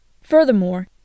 Furthermore